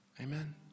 Amen